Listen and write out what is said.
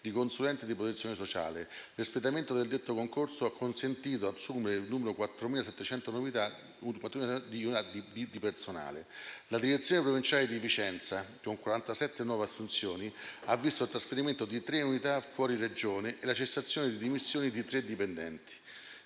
di consulente di protezione sociale. L'espletamento del detto concorso ha consentito di assumere 4.700 nuove unità di personale. La direzione provinciale di Vicenza, con 47 nuove assunzioni, ha visto il trasferimento di tre unità fuori Regione e la cessazione per dimissioni di tre dipendenti.